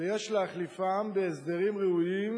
ויש להחליפם בהסדרים ראויים,